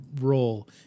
role